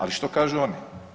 Ali što kažu oni?